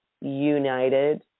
united